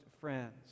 friends